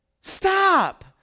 Stop